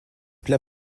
plat